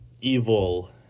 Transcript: evil